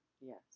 Yes